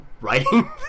writing